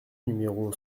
numéro